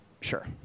Sure